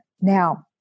Now